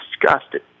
disgusted